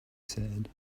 said